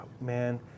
man